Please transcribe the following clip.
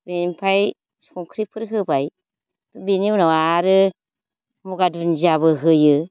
बेनिफ्राय संख्रिफोर होबाय बेनि उनाव आरो मुगा दुन्दियाबो होयो